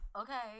Okay